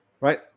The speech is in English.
right